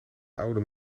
oude